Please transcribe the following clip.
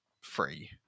free